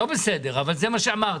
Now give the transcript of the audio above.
לא בסדר אבל זה מה שאמרתם.